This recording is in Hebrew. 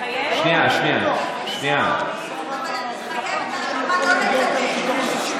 להתחייב אבל את מתחייבת לא לקדם עד שתגיעו לתיאום,